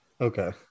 okay